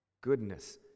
goodness